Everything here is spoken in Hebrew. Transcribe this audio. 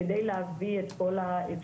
כדי להביא את כל האפשרויות,